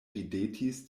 ridetis